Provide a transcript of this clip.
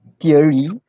theory